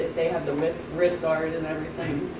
they have the wrist guard and everything,